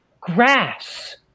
grass